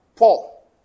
Paul